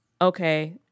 okay